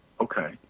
Okay